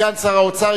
סגן שר האוצר,